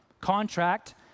Contract